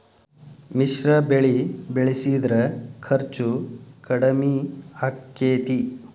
ಮಿಶ್ರ ಬೆಳಿ ಬೆಳಿಸಿದ್ರ ಖರ್ಚು ಕಡಮಿ ಆಕ್ಕೆತಿ?